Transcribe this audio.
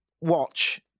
watch